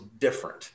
different